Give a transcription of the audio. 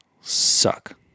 suck